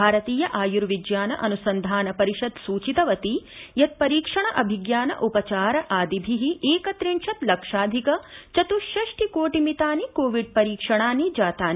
भारतीय आयुर्विज्ञान अनुसन्धान परिषद् सूचितवती यत् परीक्षण अभिज्ञान उपचार आदिभिः एकत्रिंशत् लक्षाधिक चतुष्षष्टि कोटि मितानि कोविड् परीक्षणानि जातानि